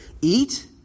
eat